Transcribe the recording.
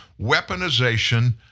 weaponization